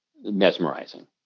mesmerizing